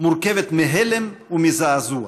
מורכבת מהלם ומזעזוע.